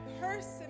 person